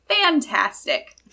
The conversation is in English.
Fantastic